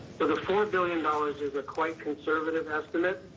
the four and billion dollars is a quite conservative estimate,